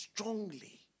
Strongly